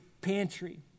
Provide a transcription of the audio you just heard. pantry